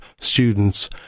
students